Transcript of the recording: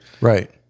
Right